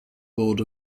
board